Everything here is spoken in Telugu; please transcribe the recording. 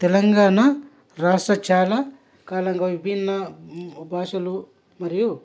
తెలంగాణ రాష్ట్రం చాలా కాలంగా విభిన్న భాషలు మరియు